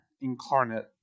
incarnate